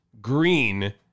Green